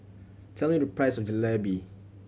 tell me the price of Jalebi